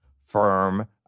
firm